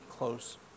close